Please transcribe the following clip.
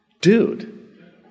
dude